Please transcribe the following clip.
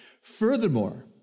Furthermore